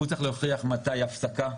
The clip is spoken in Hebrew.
הוא צריך להוכיח מתי ההפסקה,